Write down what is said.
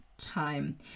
Time